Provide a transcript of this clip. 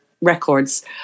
records